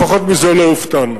לפחות מזה לא הופתענו.